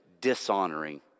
dishonoring